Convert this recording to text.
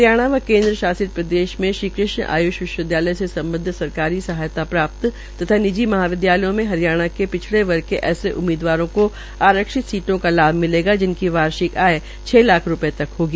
हरियाणा व केन्द्र शासित प्रदेश चंडीगढ़ में श्री कृष्ण आय्ष विश्वविदयालय से संबद्ध सरकारी सहायता प्राप्त तथा निजी महाविदयालयों में हरियाणा के पिछड़े वर्ग के ऐसे उम्मीदवारों को आरक्षित सीटों का लाभ मिलेगा जिनकी वार्षिक आय छ लाख रूपये तक होगी